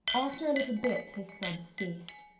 after a little bit his sobs ceased,